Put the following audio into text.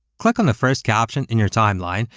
click on the first caption in your timeline,